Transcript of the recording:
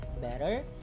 better